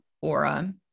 aura